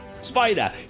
Spider